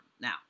Now